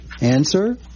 Answer